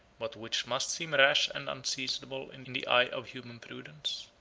but which must seem rash and unseasonable in the eye of human prudence.